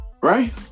Right